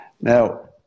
now